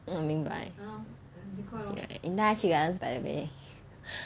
嗯明白你带他去 gardens by the bay